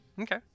Okay